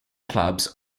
clubs